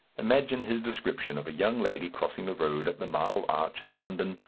imagine his description of a young lady crossing the road at the marble arch in london,